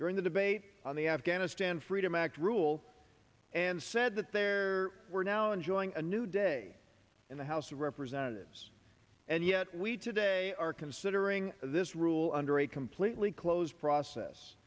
during the debate on the afghanistan freedom act rule and said that there were now enjoying a new day in the house of representatives and yet we today are considering this rule under a completely closed process